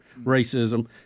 racism